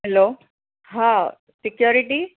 hello હાં security